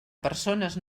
persones